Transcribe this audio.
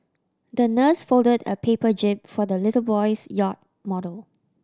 the nurse folded a paper jib for the little boy's yacht model